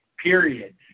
Period